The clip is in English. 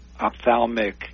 ophthalmic